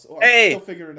Hey